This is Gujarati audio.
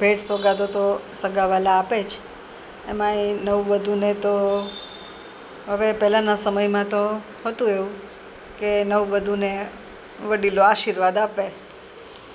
ભેટ સોગાદો તો સગા વહાલા આપે જ એમાંય નવ વધુને તો હવે પહેલાંના સમયમાં તો હતું એવું કે નવવધુને વડીલો આશીર્વાદ આપે